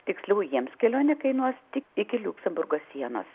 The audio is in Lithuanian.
tiksliau jiems kelionė kainuos tik iki liuksemburgo sienos